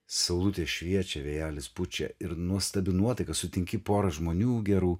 saulutė šviečia vėjelis pučia ir nuostabi nuotaika sutinki pora žmonių gerų